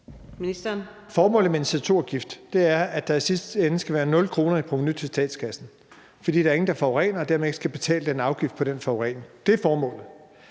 Formålet med en CO2-afgift er, at der i sidste ende skal være 0 kr. i provenu til statskassen, fordi der ikke er nogen, der forurener og dermed skal betale afgift på den forurening. Det er formålet.